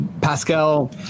Pascal